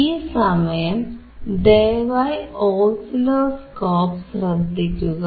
ഈസമയം ദയവായി ഓസിലോസ്കോപ്പ് ശ്രദ്ധിക്കുക